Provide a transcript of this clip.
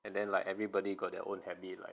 and then like everybody got their own habit like